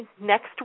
Next